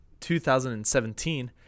2017